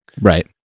Right